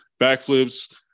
backflips